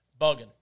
bugging